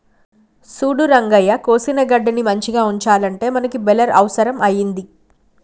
సూడు రంగయ్య కోసిన గడ్డిని మంచిగ ఉంచాలంటే మనకి బెలర్ అవుసరం అయింది